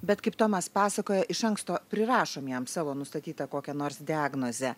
bet kaip tomas pasakoja iš anksto prirašom jam savo nustatytą kokią nors diagnozę